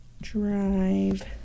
Drive